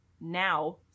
now